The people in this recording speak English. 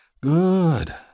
Good